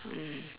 mm